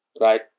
Right